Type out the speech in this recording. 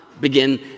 begin